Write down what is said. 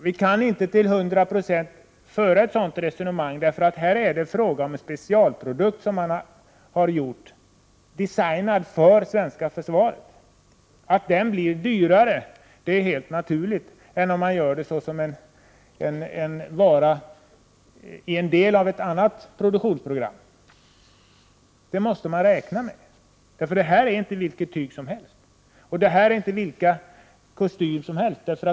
Vi kan inte till 100 96 föra ett sådant resonemang, för här är det fråga om specialprodukter som är designade för det svenska försvaret. Det är helt naturligt att de blir dyrare än en vara som tillverkas som en del av ett stort produktionsprogram också för andra ändamål. Det måste man räkna med. Det är inte vilket tyg som helst, inte vilka kostymer som helst.